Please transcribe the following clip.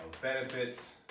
benefits